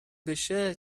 بشه